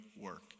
work